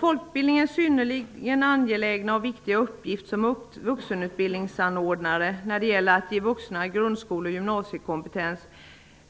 Folkbildningens synnerligen angelägna och viktiga uppgift som vuxenutbildningsanordnare när det gäller att ge vuxna grundskole och gymnasiekompetens